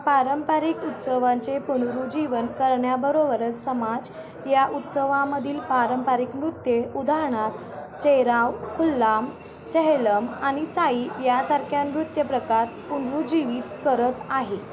पारंपरिक उत्सवांचे पुनरुज्जीवन करण्याबरोबरच समाज या उत्सवामधील पारंपरिक नृत्ये उदाहरणार्थ चेराव खुल्लाम छेहलम आणि चाई यासारख्या नृत्य प्रकार पुनरुज्जीवित करत आहे